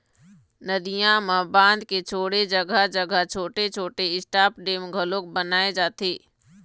नदियां म बांध के छोड़े जघा जघा छोटे छोटे स्टॉप डेम घलोक बनाए जाथे